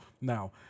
now